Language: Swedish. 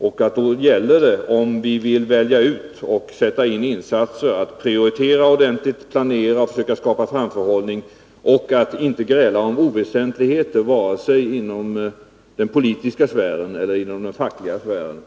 Om vi vill göra insatser för att påverka denna mycket snabba utveckling gäller det att prioritera ordentligt, planera, försöka skapa framförhållning och att inte gräla om oväsentligheter vare sig inom den politiska sfären eller inom den fackliga sfären.